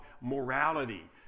morality